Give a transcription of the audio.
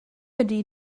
ydy